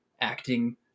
acting